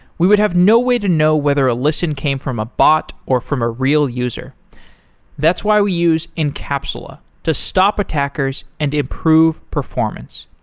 we would have no way to know whether a listen came from a bot or from a real user that's why we use incapsula. to stop attackers and improve performance.